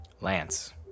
Lance